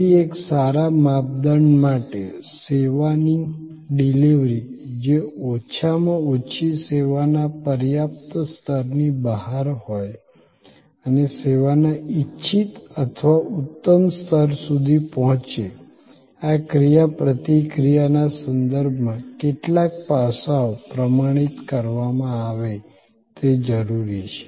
તેથી એક સારા માપદંડ માટે સેવાની ડિલિવરી જે ઓછામાં ઓછી સેવાના પર્યાપ્ત સ્તરની બહાર હોય અને સેવાના ઇચ્છિત અથવા ઉત્તમ સ્તર સુધી પહોંચે આ ક્રિયાપ્રતિક્રિયાના સંદર્ભમાં કેટલાક પાસાઓ પ્રમાણિત કરવામાં આવે તે જરૂરી છે